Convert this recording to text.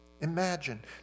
Imagine